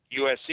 USC